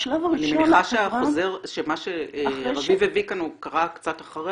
בשלב הראשון --- אני מניחה שמה שרביב הביא כאן קרה קצת אחרי